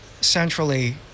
centrally